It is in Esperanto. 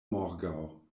morgaŭ